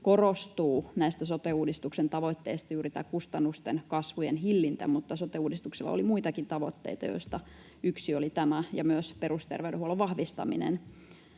näistä sote-uudistuksen tavoitteista juuri tämä kustannusten kasvujen hillintä, mutta sote-uudistuksella oli muitakin tavoitteita, joista yksi oli tämä ja myös perusterveydenhuollon vahvistaminen.